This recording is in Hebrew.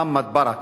מוחמד ברכָה.